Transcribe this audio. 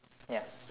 ya